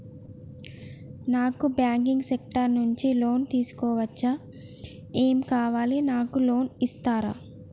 నాకు banking sector నుంచి loan తీసుకోవచ్చా? ఏమేం కావాలి? నాకు లోన్ ఇస్తారా?